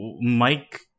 Mike